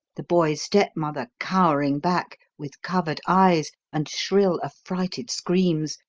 the boy's stepmother cowering back, with covered eyes and shrill, affrighted screams,